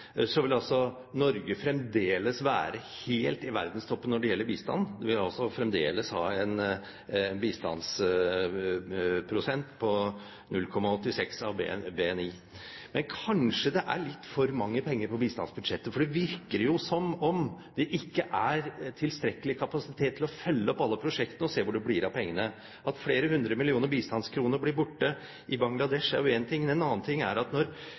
vil Norge fremdeles være helt i verdenstoppen når det gjelder bistand. Vi vil fremdeles ha en bistandsprosent på 0,86 av BNI. Men kanskje det er litt for mange penger på bistandsbudsjettet, for det virker jo som om det ikke er tilstrekkelig kapasitet til å følge opp alle prosjektene og se hvor det blir av alle pengene. At flere hundre millioner bistandskroner blir borte i Bangladesh, er én ting. En annen ting er at når